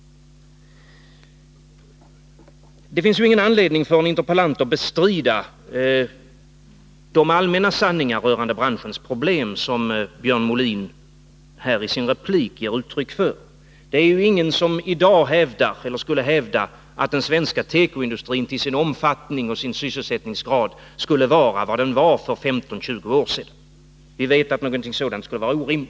Det finns ju ingen anledning för en interpellant att bestrida de allmänna sanningar rörande branschens problem som Björn Molin i sin replik ger uttryck för. Det är ingen som i dag hävdar, eller skulle vilja hävda, att den svenska tekoindustrin till sin omfattning och sin sysselsättningsgrad skulle vara vad den var för 15-20 år sedan; vi vet ju att någonting sådant skulle vara orimligt.